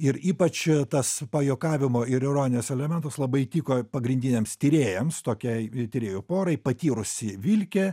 ir ypač tas pajuokavimo ir ironijos elementas labai tiko pagrindiniams tyrėjams tokiai tyrėjų porai patyrusi vilkė